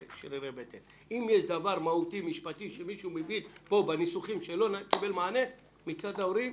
אם יש דבר מהותי משפטי שלא קיבל מענה מצד ההורים,